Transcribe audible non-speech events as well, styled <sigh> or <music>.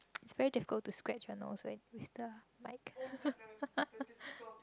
<noise> it's very difficult to scratch your nose when with the mic <laughs>